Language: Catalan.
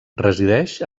resideix